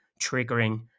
triggering